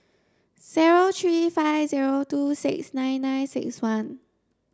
zero three five zero two six nine nine six one